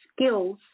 skills